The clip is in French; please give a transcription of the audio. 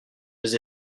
des